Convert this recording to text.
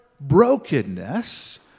brokenness